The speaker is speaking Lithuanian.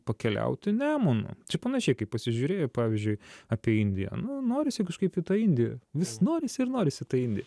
pakeliauti nemunu čia panašiai kaip pasižiūrėjai pavyzdžiui apie indiją nu norisi kažkaip į tą indiją vis norisi ir norisi į tą indiją